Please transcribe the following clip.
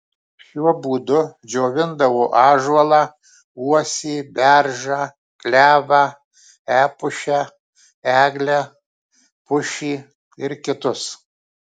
šiuo būdu džiovindavo ąžuolą uosį beržą klevą epušę eglę pušį ir kitus